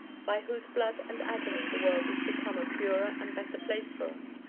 by whose blood and agony the world is become a purer and better place for us,